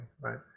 right